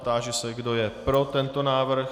Táži se, kdo je pro tento návrh.